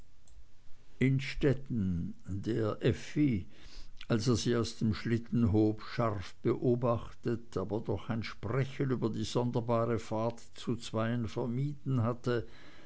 innstetten der effi als er sie aus dem schlitten hob scharf beobachtete aber doch ein sprechen über die sonderbare fahrt zu zweien vermieden hatte